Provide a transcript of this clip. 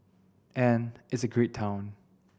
and it's a great town